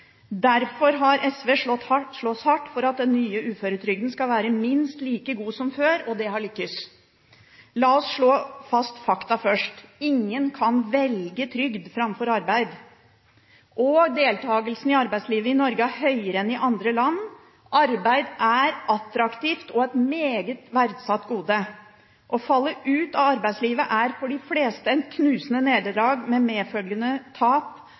har SV slåss hardt for at den nye uføretrygden skal være minst like god som før, og det har lyktes. La oss slå fast fakta først: Ingen kan velge trygd framfor arbeid. Deltakelsen i arbeidslivet er høyere i Norge enn i andre land. Arbeid er attraktivt og et meget verdsatt gode. Å falle ut av arbeidslivet er for de fleste et knusende nederlag, med medfølgende tap